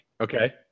Okay